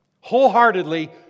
Wholeheartedly